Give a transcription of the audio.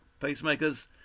Pacemakers